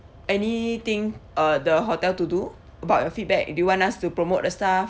anything uh the hotel to do about your feedback do you want us to promote the staff